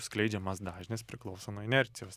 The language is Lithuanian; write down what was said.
skleidžiamas dažnis priklauso nuo inercijos